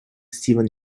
stephen